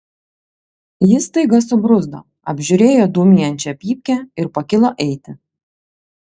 jis staiga subruzdo apžiūrėjo dūmijančią pypkę ir pakilo eiti